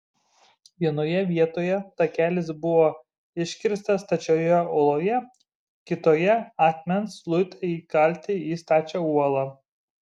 vienoje vietoje takelis buvo iškirstas stačioje uoloje kitoje akmens luitai įkalti į stačią uolą